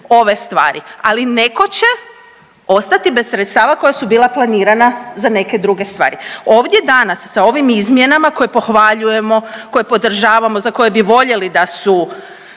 ove stvari, ali neko će ostati bez sredstava koja su bila planirana za neke druge stvari. Ovdje danas sa ovim izmjenama koje pohvaljujemo, koje podržavamo, za koje bi voljeli da su